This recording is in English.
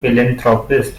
philanthropist